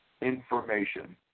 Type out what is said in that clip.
information